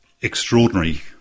extraordinary